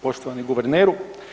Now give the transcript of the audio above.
Poštovani guverneru.